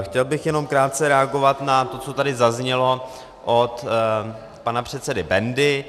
Chtěl bych jenom krátce reagovat na to, co tady zaznělo od pana předsedy Bendy.